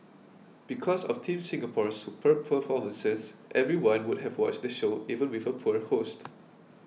because of Team Singapore's superb performances everyone would have watched the show even with a poor host